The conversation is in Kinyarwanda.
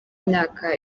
imyaka